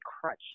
crutch